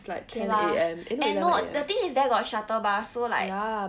okay lah and no the thing is there got shuttle bus so like